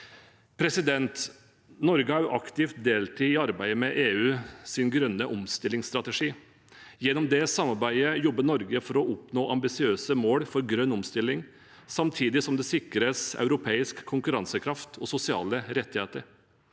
Norge har deltatt aktivt i arbeidet med EUs grønne omstillingsstrategi. Gjennom det samarbeidet jobber Norge for å oppnå ambisiøse mål for grønn omstilling, samtidig som europeisk konkurransekraft og sosiale rettigheter